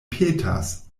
petas